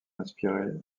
inspirer